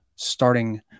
starting